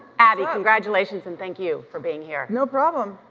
abby, congratulations and thank you for being here. no problem.